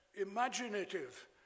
imaginative